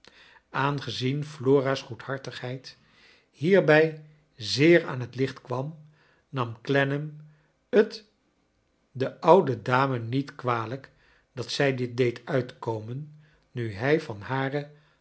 aangezien flora's goedhartigheid hierbij zeer aan het licht kwam nam clennam het der oude dame niet kwalijk dat zij dit deed uitkornen nu hij van hare